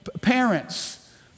Parents